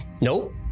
Nope